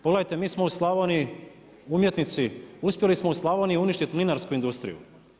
Pogledajte, mi smo u Slavoniji, umjetnici, uspjeli smo u Slavoniji uništiti mlinarsku industriju.